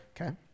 Okay